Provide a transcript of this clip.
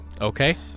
Okay